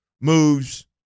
moves